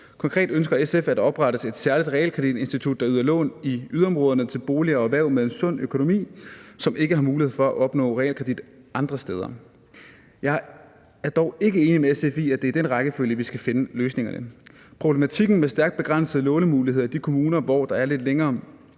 Konkret ønsker SF, at der oprettes et særligt realkreditinstitut, der yder lån i yderområderne til bolig og erhverv med en sund økonomi, som ikke har mulighed for at opnå realkredit andre steder. Jeg er dog ikke enig med SF i, at det er i den rækkefølge, vi skal finde løsningerne. Problematikken med stærkt begrænsede lånemuligheder i de kommuner, hvor der er lidt længere